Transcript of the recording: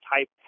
type